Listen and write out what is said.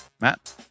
Matt